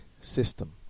system